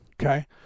okay